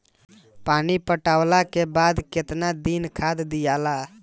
पानी पटवला के बाद केतना दिन खाद दियाला?